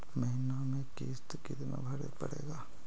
महीने में किस्त कितना भरें पड़ेगा?